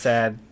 Sad